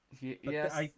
Yes